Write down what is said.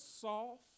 soft